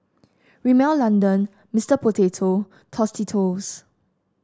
Rimmel London Mister Potato Tostitos